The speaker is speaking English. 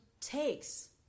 takes